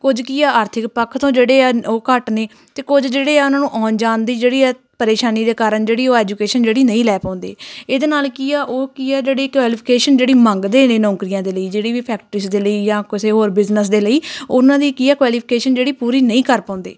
ਕੁਝ ਕੀ ਆ ਆਰਥਿਕ ਪੱਖ ਤੋਂ ਜਿਹੜੇ ਆ ਉਹ ਘੱਟ ਨੇ ਅਤੇ ਕੁਝ ਜਿਹੜੇ ਆ ਉਹਨਾਂ ਨੂੰ ਆਉਣ ਜਾਣ ਦੀ ਜਿਹੜੀ ਆ ਪ੍ਰੇਸ਼ਾਨੀ ਦੇ ਕਾਰਨ ਜਿਹੜੀ ਉਹ ਐਜੂਕੇਸ਼ਨ ਜਿਹੜੀ ਨਹੀਂ ਲੈ ਪਾਉਂਦੇ ਇਹਦੇ ਨਾਲ ਕੀ ਆ ਉਹ ਕੀ ਆ ਜਿਹੜੀ ਕੁਐਲੀਫਿਕੇਸ਼ਨ ਜਿਹੜੀ ਮੰਗਦੇ ਨੇ ਨੌਕਰੀਆਂ ਦੇ ਲਈ ਜਿਹੜੀ ਵੀ ਫੈਕਟਰੀਸ ਦੇ ਲਈ ਜਾਂ ਕਿਸੇ ਹੋਰ ਬਿਜਨਸ ਦੇ ਲਈ ਉਹਨਾਂ ਦੀ ਕੀ ਹੈ ਕੁਐਲੀਫਿਕੇਸ਼ਨ ਜਿਹੜੀ ਪੂਰੀ ਨਹੀਂ ਕਰ ਪਾਉਂਦੇ